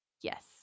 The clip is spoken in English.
Yes